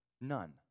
None